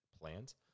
plans